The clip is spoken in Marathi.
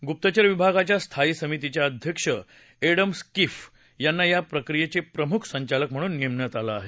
गुप्तचर विभागाच्या स्थायी समितेचे अध्यक्ष एडम स्किफ्फ यांना या प्रक्रियेचे प्रमुख संचालक म्हणून नेमण्यात आलं आहे